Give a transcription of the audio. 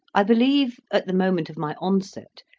i believe, at the moment of my onset,